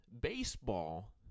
baseball